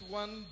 one